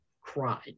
cried